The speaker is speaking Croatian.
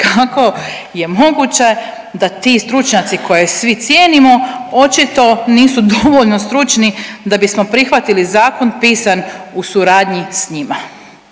kako je moguće da ti stručnjaci koje svi cijenimo očito nisu dovoljno stručni da bismo prihvatili zakon pisan u suradnji s njima,